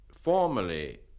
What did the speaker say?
formally